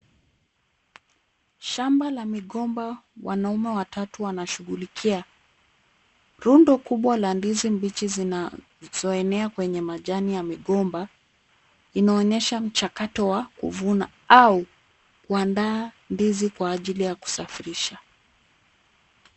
Shamba la migomba, wanaume watatu wanashughulikia. Rundo kubwa la ndizi mbichi zinazo enea kwenye majani ya migomba. Inaonyesha mchakato wa kuvuna au kuandaa ndizi kwa ajili ya kusafirisha.